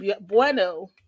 bueno